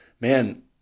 man